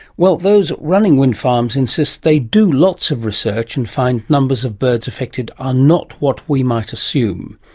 well, those running wind farms insist they do lots of research and find numbers of birds affected are not what we might assume.